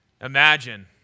Imagine